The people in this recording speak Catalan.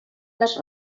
les